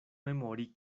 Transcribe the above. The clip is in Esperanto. memori